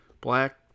black